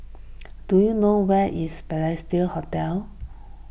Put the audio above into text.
do you know where is Balestier Hotel